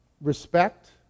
respect